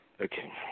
Okay